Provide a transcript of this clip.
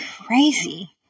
crazy